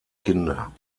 kinder